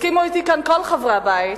יסכימו אתי כאן כל חברי הבית